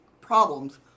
problems